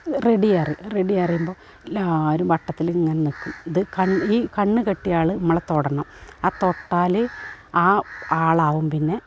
ready അറി ready പറയുമ്പോൾ എല്ലാവരും വട്ടത്തിലിങ്ങനെ നിൽക്കും ഇത് ഈ കണ്ണു കെട്ടിയ ആൾ ഇമ്മളെത്തൊടണം ആ തൊട്ടാൽ ആ ആളാകും പിന്നെ